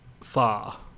far